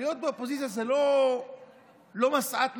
להיות באופוזיציה זה לא משאת נפשנו,